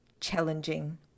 challenging